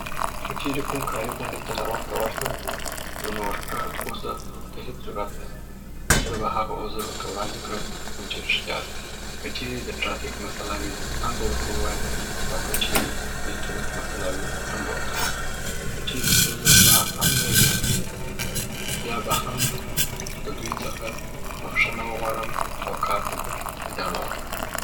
که چیري کوم کاري غونډي ته ناوخته ورسم نو نوښتګر عذر ته هیڅ ضرورت نسته. زه به هغه عذر ورته وړاندي کړم کوم چي ریښتیا دی. که چیري د ټرافیک مسله وي هم به ورته ووایم او که چیري د انټرنیټ مسله وی هم به ورته ووایم. که چیري ستونزه زما هم نه وي، بیا به هم د دوي څخه بخښنه وغواړم او کار ته به ادامه ورکړم.